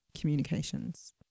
communications